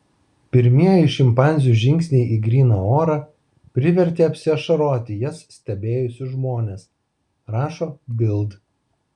pirmieji šimpanzių žingsniai į gryną orą privertė apsiašaroti jas stebėjusius žmones rašo bild